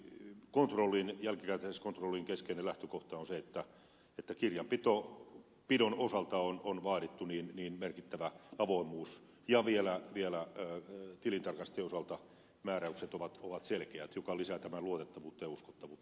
yksi jälkikäteiskontrollin keskeinen lähtökohta on se että kirjanpidon osalta on vaadittu merkittävä avoimuus ja vielä tilintarkastajien osalta määräykset ovat selkeät mikä lisää tämän luotettavuutta ja uskottavuutta